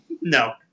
No